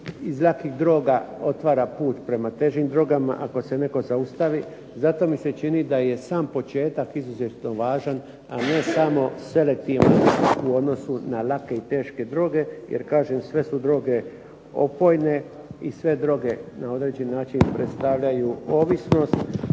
iz lakih droga da se otvara put prema težim drogama. Ako se netko zaustavi. Zato mi se čini da je sam početak izuzetno važan, a ne samo selektivan u odnosu na lake i teške droge, jer kažem sve su droge opojne i sve droge na jedan način predstavljaju ovisnost.